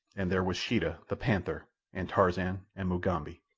and there was sheeta, the panther, and tarzan and mugambi.